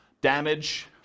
Damage